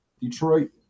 Detroit